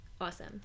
awesome